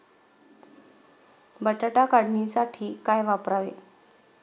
बटाटा काढणीसाठी काय वापरावे?